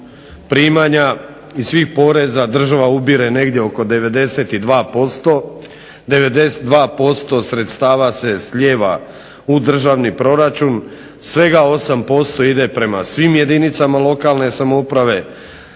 primanja i svih poreza država ubire negdje oko 92%, 92% sredstava se slijeva u državni proračun, svega 8% ide prema svim jedinicama lokalne samouprave,